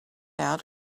out